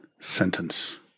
Sentence